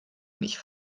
nicht